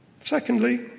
secondly